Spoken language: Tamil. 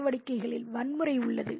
நடவடிக்கைகளில் வன்முறை உள்ளது